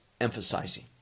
emphasizing